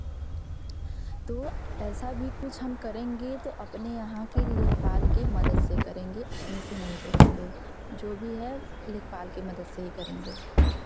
तो ऐसा भी कुछ हम करेंगे तो अपने यहाँ के लेखपाल के मदद से करेंगे अपने से नहीं करेंगे जो भी है लेखपाल की मदद से ही करेंगे